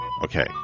Okay